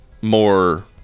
more